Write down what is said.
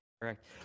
Correct